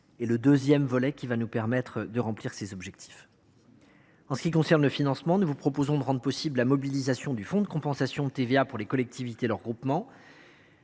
Ce deuxième volet nous permettra de remplir ces objectifs. Pour ce qui concerne le financement, nous vous proposons de rendre possible la mobilisation du fonds de compensation pour la taxe sur la valeur ajoutée